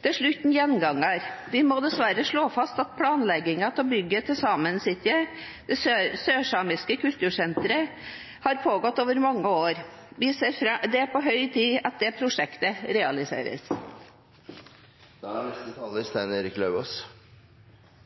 Til slutt en gjenganger: Vi må dessverre slå fast at planleggingen av bygget til Saemien Sijte, det sørsamiske kultursenteret, har pågått over mange år, og det er på høy tid at dette prosjektet realiseres. Takk til saksordføreren for en god gjennomgang. Sametingets virksomhet i 2015 er